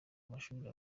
mashuri